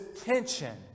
tension